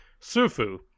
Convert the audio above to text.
Sufu